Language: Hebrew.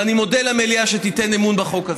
ואני מודה למליאה שתיתן אמון בחוק הזה.